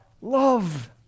Love